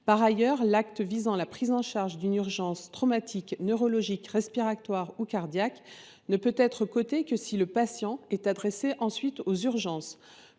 Par ailleurs, l’acte visant la prise en charge d’une urgence traumatique, neurologique, respiratoire ou cardiaque ne peut être coté que si le patient est adressé ensuite aux urgences.